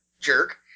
Jerk